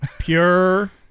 pure